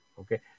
Okay